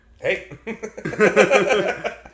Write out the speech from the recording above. Hey